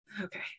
Okay